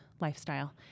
lifestyle